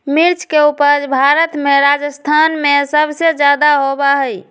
मिर्च के उपज भारत में राजस्थान में सबसे ज्यादा होबा हई